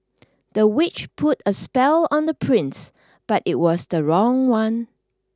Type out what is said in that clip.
the witch put a spell on the prince but it was the wrong one